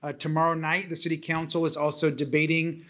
ah tomorrow night the city council is also debating.